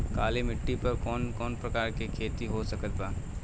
काली मिट्टी पर कौन कौन प्रकार के खेती हो सकत बा?